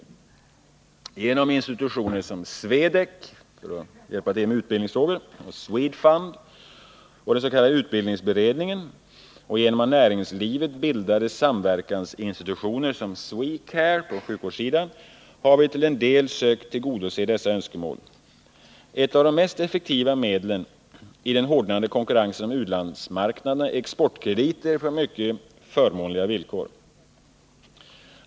a Genom institutioner som Swedec — för hjälp med utbildningsfrågor — och Swedfund, genom den s.k. utbildningsberedningen och genom av näringslivet bildade samverkansinstitutioner som Swecare, på sjukvårdssidan, har vi till en del sökt tillgodose dessa önskemål. Ett av de mest effektiva medlen i den hårdnande konkurrensen om u-landsmarknaderna är exportkrediter på mycket förmånliga villkor.